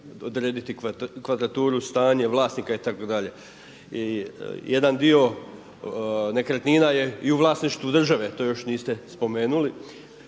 odrediti kvadraturu, stanje, vlasnika itd. I jedan dio nekretnina je u vlasništvu države, to još niste spomenuli